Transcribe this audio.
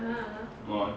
go on